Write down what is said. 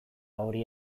hori